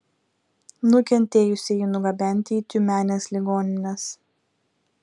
nukentėjusieji nugabenti į tiumenės ligonines